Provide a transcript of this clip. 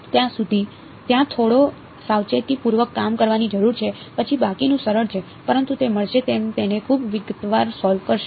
તેથી ત્યાં થોડી સાવચેતીપૂર્વક કામ કરવાની જરૂર છે પછી બાકીનું સરળ છે પરંતુ તે મળશે તમે તેને ખૂબ વિગતવાર સોલ્વ કરશો